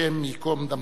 השם ייקום דמו.